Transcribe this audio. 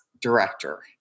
director